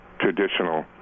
traditional